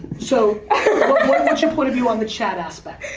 so what's your point of view on the chat aspect?